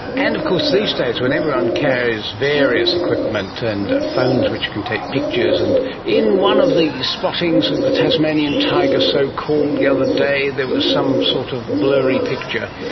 and of course these days when everyone carries various equipment and phones which can take pictures, and in one of the spottings of the tasmanian tiger, so-called, the other day there was some sort of a blurry picture.